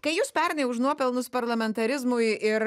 kai jūs pernai už nuopelnus parlamentarizmui ir